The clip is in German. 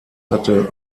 hatte